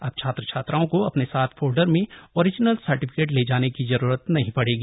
अब छात्र छात्राओं को अपने साथ फोल्डर में ओरिजिनल सर्टिफिकेट ले जाने की जरूरत नहीं पड़ेगी